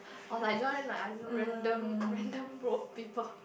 or like join like I don't know random random road people